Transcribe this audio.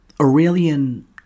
Aurelian